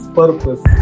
purpose